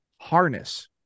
harness